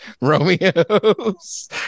Romeo's